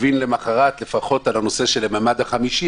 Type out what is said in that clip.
הבין למחרת לפחות לגבי הנושא של הממד החמישי,